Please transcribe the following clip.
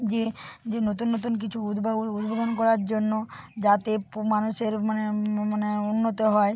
যে যে নতুন নতুন কিছু উদ্ভাবন উদ্বোধন করার জন্য যাতে মানুষের মানে মানে উন্নত হয়